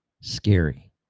scary